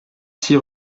six